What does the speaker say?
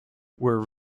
were